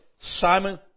Simon